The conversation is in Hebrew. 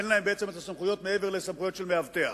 אין להן סמכויות מעבר לסמכויות של מאבטח.